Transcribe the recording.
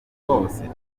hose